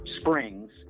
springs